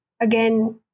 again